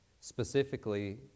specifically